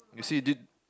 you see thi~